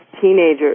teenagers